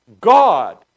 God